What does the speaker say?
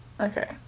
Okay